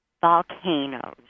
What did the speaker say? volcanoes